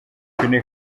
guinée